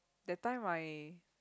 that time I